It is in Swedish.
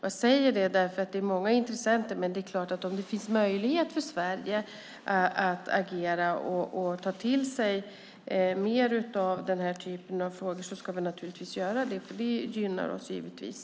Jag säger det därför att det är många intressenter, men om det i Sverige finns möjlighet att agera och ta till sig mer av den typen av frågor ska vi göra det, för det gynnar oss givetvis.